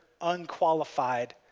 unqualified